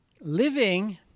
Living